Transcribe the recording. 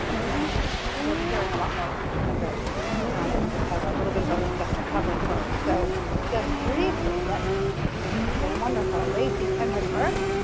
you'll be hearing a lot more from each of them very soon and but we just have a little bit of other stuff to cover first so just briefly let me introduce the wonderful lacy kendrick burk,